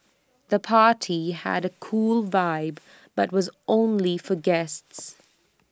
the party had A cool vibe but was only for guests